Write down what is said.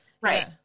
Right